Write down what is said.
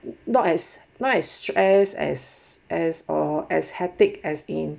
not as stress as us or as hectic as in